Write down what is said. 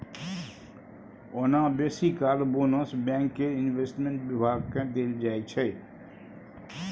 ओना बेसी काल बोनस बैंक केर इंवेस्टमेंट बिभाग केँ देल जाइ छै